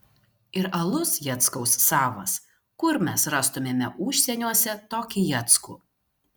ir alus jackaus savas kur mes rastumėme užsieniuose tokį jackų